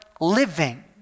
living